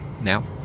now